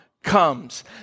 comes